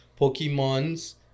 Pokemons